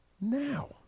now